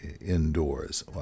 indoors